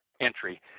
entry